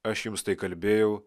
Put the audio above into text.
aš jums tai kalbėjau